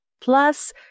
plus